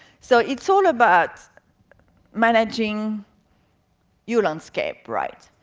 so it's all about managing your landscape right.